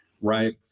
right